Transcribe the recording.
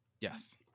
yes